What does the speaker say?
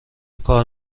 کار